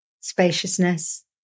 spaciousness